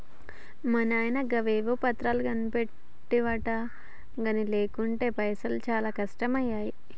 మా నాయిన గవేవో పత్రాలు కొనిపెట్టెవటికె గని లేకుంటెనా పైసకు చానా కష్టమయ్యేది